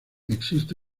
existe